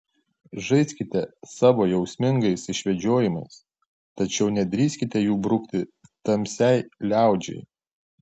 žaiskite savo jausmingais išvedžiojimais tačiau nedrįskite jų brukti tamsiai liaudžiai